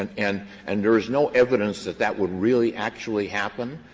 and and and there is no evidence that that would really actually happen.